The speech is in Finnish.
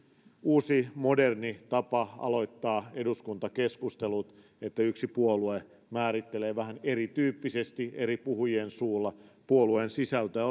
uusi moderni tapa aloittaa eduskuntakeskustelut että yksi puolue määrittelee vähän erityyppisesti eri puhujien suulla puolueen sisältöä